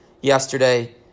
yesterday